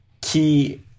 key